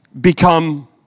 Become